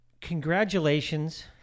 congratulations